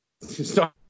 Stop